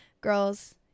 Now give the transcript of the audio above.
Girls